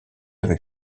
avec